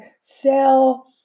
sell